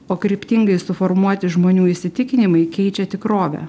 o kryptingai suformuoti žmonių įsitikinimai keičia tikrovę